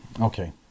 Okay